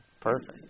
Perfect